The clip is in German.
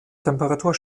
temperatur